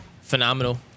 Phenomenal